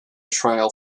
trial